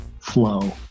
flow